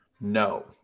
No